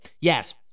yes